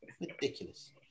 Ridiculous